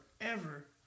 forever